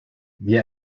wir